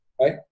right